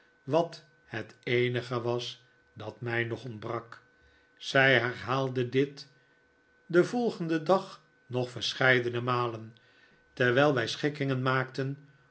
wat het eenige was dat mij nog ontbrak zij herhaalde dit den volgenden dag nog verscheidene malen terwijl wij schikkingen maakten